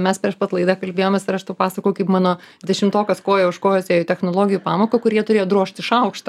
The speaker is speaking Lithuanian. mes prieš pat laidą kalbėjomės ir aš tau pasakojau kaip mano dešimtokas koja už kojos ėjo į technologijų pamoką kur jie turėjo drožti šaukštą